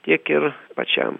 tiek ir pačiam